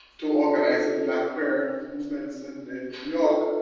to organizing black queer movements in new york.